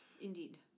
indeed